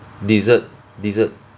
dessert dessert